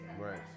Right